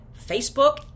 Facebook